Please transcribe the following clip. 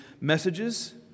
messages